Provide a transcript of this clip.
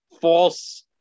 false